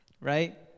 right